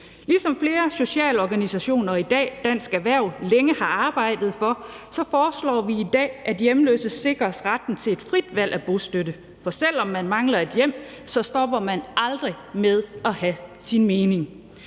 Ligesom flere sociale organisationer og Dansk Erhverv længe har arbejdet for, foreslår vi i dag, at hjemløse sikres retten til et frit valg af bostøtte. For selv om man mangler et hjem, stopper man aldrig med at have sin mening.